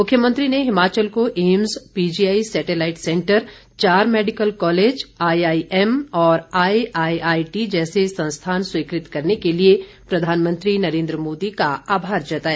मुख्यमंत्री ने हिमाचल को एम्स पीजीआई सैटेलाईट सेंटर चार मैडिकल कॉलेज आईआईएम और आईआईआईटी जैसे संस्थान स्वीकृत करने के लिए प्रधानमंत्री नरेन्द्र मोदी का आभार जताया